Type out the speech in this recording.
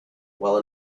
while